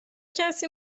کسی